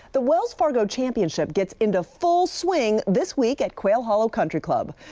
the wells fargo championship gets into full swing this week at quail hollow country club.